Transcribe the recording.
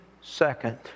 second